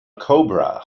cobra